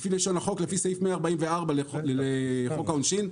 לפי לשון החוק, לפי סעיף 144 לחוק העונשין,